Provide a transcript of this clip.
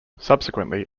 subsequently